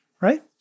right